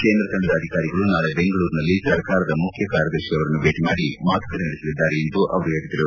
ಕೇಂದ್ರ ತಂಡದ ಅಧಿಕಾರಿಗಳು ನಾಳೆ ಬೆಂಗಳೂರಿನಲ್ಲಿ ಸರ್ಕಾರದ ಮುಖ್ಯ ಕಾರ್ಯದರ್ಶಿ ಅವರನ್ನು ಭೇಟಿ ಮಾಡಿ ಮಾತುಕತೆ ನಡೆಸಲಿದ್ದಾರೆ ಎಂದು ಅವರು ಹೇಳಿದರು